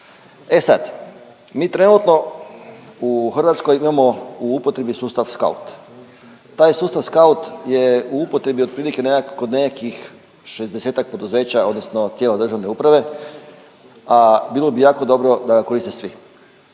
E sad, mi trenutno u Hrvatskoj imamo u upotrebi sustav SK@UT. Taj sustav SK@UT je u upotrebi otprilike kod nekakvih šezdesetak poduzeća, odnosno tijela državne uprave, a bilo bi jako dobro da korite svi.